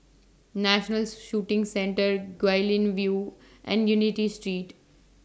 National Shooting Centre Guilin View and Unity Street